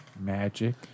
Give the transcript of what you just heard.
magic